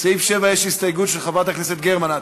סעיף 7, יש הסתייגות של חברת הכנסת גרמן.